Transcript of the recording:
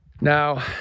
Now